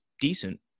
decent